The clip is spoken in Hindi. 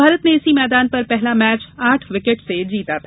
भारत ने इसी मैदान पर पहला मैच आठ विकेट से जीता था